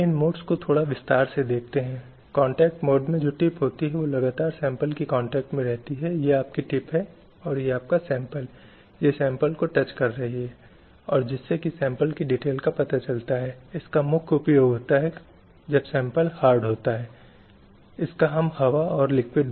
और जब यह कार्यस्थल में महिलाओं बनाम पुरुषों के संबंध में आता है यह समानता के समान मानकों पर होना चाहिए कि उन्हें इस तथ्य के आधार पर नहीं आंका जाना चाहिए कि वह एक महिला है अथवा एक पुरुष